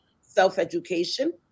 self-education